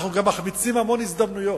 אנחנו גם מחמיצים המון הזדמנויות.